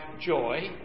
Joy